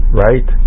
right